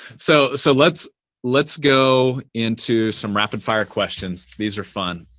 so so let's let's go into some rapid-fire questions. these are fun.